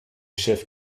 chefs